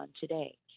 today